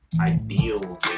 Ideal